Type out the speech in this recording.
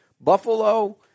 Buffalo